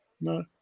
No